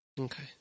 Okay